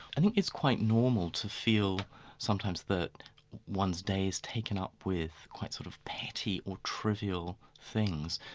i think it's quite normal to feel sometimes that one's day is taken up with quite sort of petty or trivial things.